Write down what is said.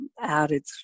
added